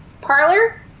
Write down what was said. Parlor